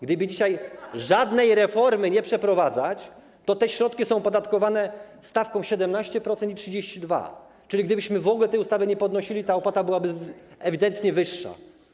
Gdyby dzisiaj żadnej reformy nie przeprowadzać, te środki są opodatkowane stawkami 17% i 32%, czyli gdybyśmy w ogóle tej ustawy nie wprowadzili, ta opłata byłaby ewidentnie wyższa.